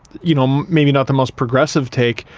you know, um maybe not the most progressive take,